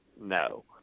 No